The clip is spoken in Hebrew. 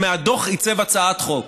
ומהדוח עיצב הצעת חוק.